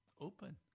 open